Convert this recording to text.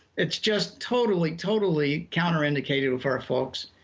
its just totally, totally counter-indicative of our folks.